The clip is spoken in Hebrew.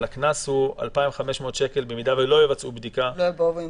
שהקנס הוא 2,500 שקל אם לא יבואו עם